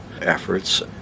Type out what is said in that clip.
efforts